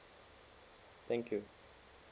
thank you